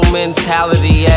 mentality